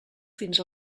fins